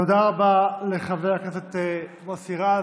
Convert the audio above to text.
תודה רבה לחבר הכנסת מוסי רז.